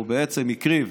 כי הוא בעצם הקריב